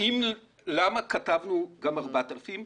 למה כתבנו גם 4,000?